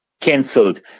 cancelled